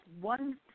one